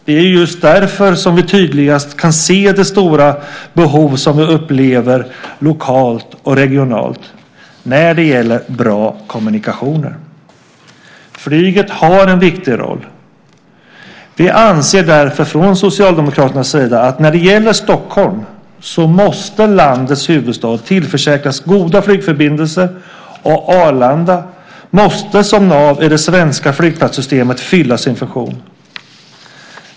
Det är just där som vi tydligast kan se det stora behov som man upplever lokalt och regionalt när det gäller bra kommunikationer. Flyget har en viktig roll. Vi anser därför från Socialdemokraternas sida att när det gäller Stockholm måste landets huvudstad tillförsäkras goda flygförbindelser, och Arlanda måste som nav i det svenska flygplatssystemet fylla sin funktion.